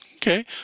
Okay